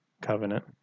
covenant